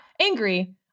angry